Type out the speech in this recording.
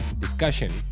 discussion